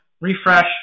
refresh